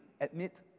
admit